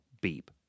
beep